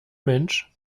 mensch